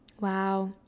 Wow